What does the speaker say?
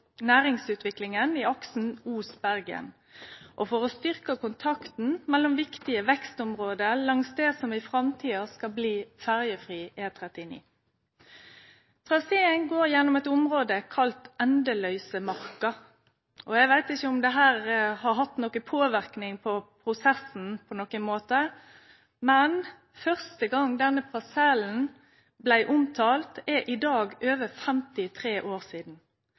næringsutviklinga i aksen Os–Bergen og for å styrkje kontakten mellom viktige vekstområde langs det som i framtida skal bli ferjefri E39. Traseen går gjennom eit område kalla Endelausemarka, og eg veit ikkje om dette har hatt påverknad på prosessen på nokon måte, men denne parsellen blei omtalt for første gang for over 53 år sidan.